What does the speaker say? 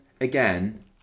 again